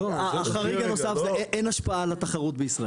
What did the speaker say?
החריג הנוסף הוא שאין השפעה על התחרות בישראל.